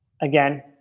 again